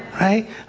right